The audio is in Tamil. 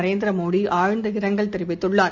நரேந்திர மோடி ஆழ்ந்த இரங்கல் தெரிவித்துள்ளார்